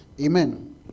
Amen